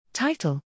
Title